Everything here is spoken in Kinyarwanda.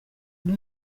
nto